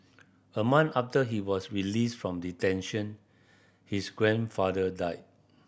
a month after he was released from detention his grandfather died